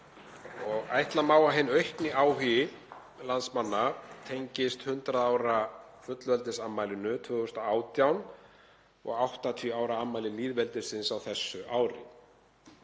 Ætla má að hinn aukni áhugi landsmanna tengist 100 ára fullveldisafmælinu 2018 og 80 ára afmæli lýðveldisins á þessu ári.